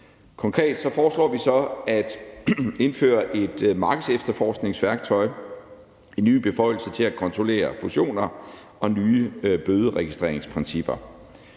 Konkret foreslår vi så at indføre et markedsefterforskningsværktøj, en ny beføjelse til at kontrollere fusioner og nye bøderegistreringsprincipper.